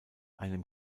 einem